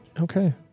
Okay